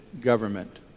government